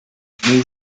the